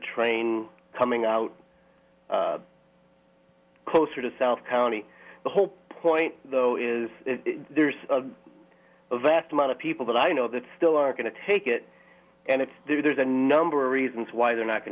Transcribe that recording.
train coming out closer to south county the whole point though is there's a vast amount of people that i know that still are going to take it and if they do there's a number of reasons why they're not going